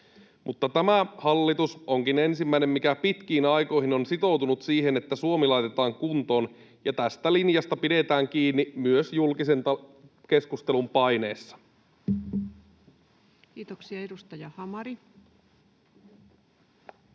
tämä hallitus onkin ensimmäinen, mikä pitkiin aikoihin on sitoutunut siihen, että Suomi laitetaan kuntoon, ja tästä linjasta pidetään kiinni myös julkisen keskustelun paineessa. [Speech 19] Speaker: